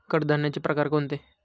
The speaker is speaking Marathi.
कडधान्याचे प्रकार कोणते?